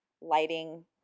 lighting